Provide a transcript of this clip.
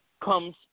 comes